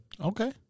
Okay